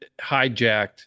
hijacked